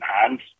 hands